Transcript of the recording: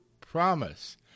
promise